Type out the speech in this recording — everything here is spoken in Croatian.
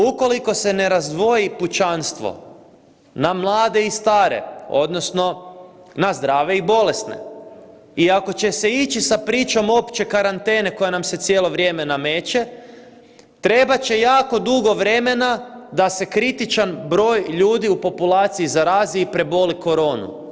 Ukoliko se ne razdvoji pučanstvo na mlade i stare, odnosno na zdrave i bolesne i ako će se ići sa pričom opće karantene koja nam se cijelo vrijeme nameće, trebat će jako dugo vremena da se kritičan broj ljudi u populaciji zarazi i preboli koronu.